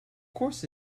course